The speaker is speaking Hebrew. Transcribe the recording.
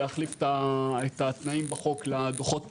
להחליף את התנאים בחוק לדו"חות פינוי.